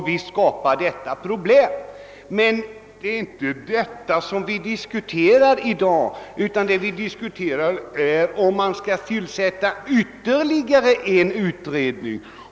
Visst skapar detta problem. Men det är inte den saken vi diskuterar i dag, utan vad vi diskuterar är frågan, huruvida det bör tillsättas ytterligare en utredning.